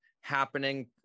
happening